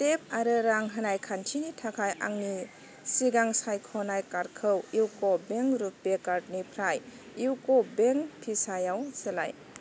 tape आरो रां होनाय खान्थिनि थाखाय आंनि सिगां सायख'नाय कार्डखौ इउक' बेंक रुपे कार्ड निफ्राय इउक' बेंक भिसा याव सोलाय